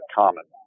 common